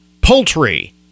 poultry